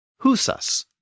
husas